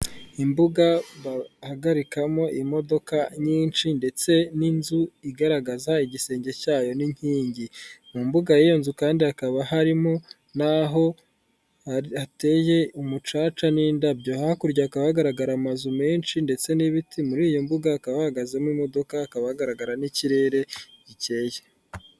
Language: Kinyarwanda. Imbuga yo bahagarikamo imodoka nyinshi ndetse n'inzu igaragaza igisenge cyayo n'inkingi. Mu mbuga y'iyo nzu kandi hakaba harimo n'aho hateye umucaca n'indabyo. Hakurya hakaba hagaragara amazu menshi ndetse n'ibiti, muri iyi mbuga hakaba hahagazemo imodoka, hakaba hagaragara n'ikirere gikeye.